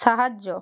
সাহায্য